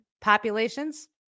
populations